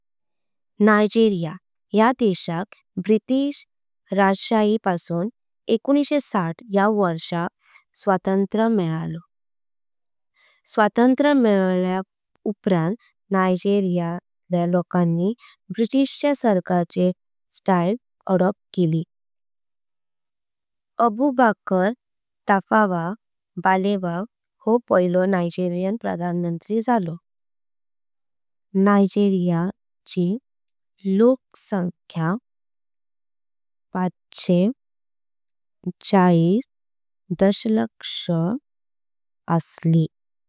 नायजेरिया या देशाक ब्रिटिश राजसत्तेपासून एकोण्णव। दुसरे वर्षान स्वातंत्र्य मेलो स्वातंत्र्य मेलल्य उपरांत। नायजेरियाच्या लोकांनी ब्रिटिश च्या सरकार ह्याचि। शैली स्वीकार केली अबुबकर तफावा बालेव्हा हो। पायलो नायजेरियन प्रधान मंत्री झालो नायजेरिया ची। लोकसंख्या पनचें चाळीस दशलक्ष असली।